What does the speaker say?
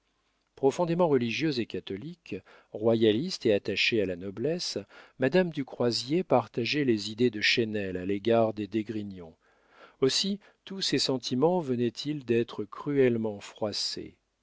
profondément religieuse et catholique royaliste et attachée à la noblesse madame du croisier partageait les idées de chesnel à l'égard des d'esgrignon aussi tous ses sentiments venaient-ils d'être cruellement froissés